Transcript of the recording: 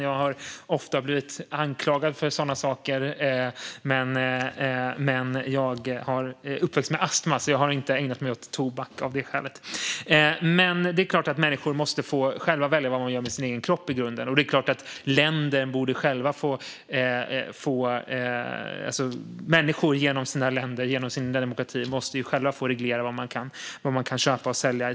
Jag har ofta blivit anklagad för det, men jag är uppväxt med astma så jag har inte ägnat mig åt tobak av det skälet. Det är klart att människor själva måste få välja vad de gör med sin egen kropp, och det är klart att människor genom demokratin i sina egna länder måste få reglera vad de kan köpa och sälja.